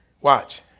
Watch